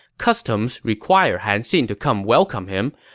customs required han xin to come welcome him,